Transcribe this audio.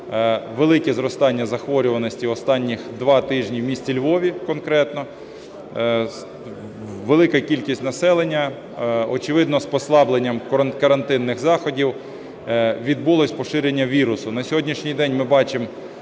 велике зростання захворюваності останніх два тижні у місті Львові конкретно. Велика кількість населення, очевидно, з послабленням карантинних заходів відбулось поширення вірусу. На сьогоднішній день ми бачимо